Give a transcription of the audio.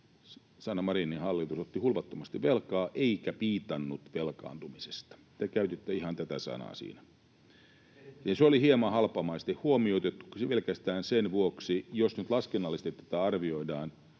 Sanna Marinin hallitus, otti hulvattomasti velkaa eikä piitannut velkaantumisesta. Te käytitte ihan tätä sanaa siinä. Se oli hieman halpamaisesti huomioitu pelkästään sen vuoksi, että jos nyt laskennallisesti tätä arvioidaan,